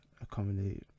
accommodate